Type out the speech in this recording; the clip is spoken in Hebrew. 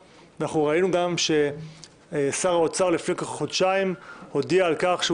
ראינו גם ששר האוצר לפני כחודשיים הודיע על כך שהוא